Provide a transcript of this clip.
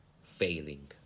failing